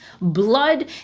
blood